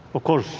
of course,